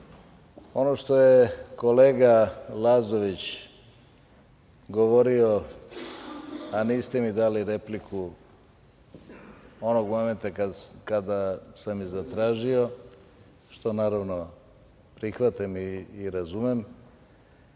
što je kolega Lazović govorio, a niste mi dali repliku onog momenta kada sam je zatražio, što naravno prihvatam i razumem,